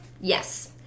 yes